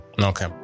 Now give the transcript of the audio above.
Okay